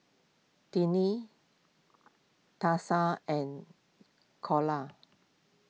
Tinie Tessa and Calla